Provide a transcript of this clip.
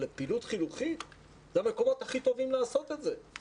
אבל אלו המקומות הטובים ביותר לביצוע פעילות חינוכית.